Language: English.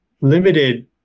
limited